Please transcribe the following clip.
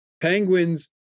Penguins